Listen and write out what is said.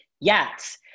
Yes